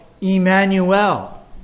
Emmanuel